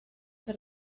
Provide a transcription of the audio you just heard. que